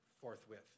forthwith